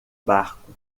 barco